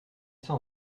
s’en